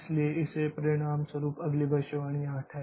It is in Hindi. इसलिए इसके परिणामस्वरूप अगली भविष्यवाणी 8 है